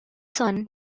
son